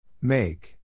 Make